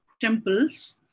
temples